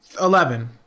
Eleven